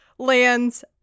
lands